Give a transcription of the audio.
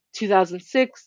2006